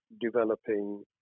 developing